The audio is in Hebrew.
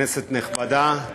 כנסת נכבדה,